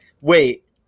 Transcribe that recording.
Wait